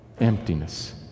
emptiness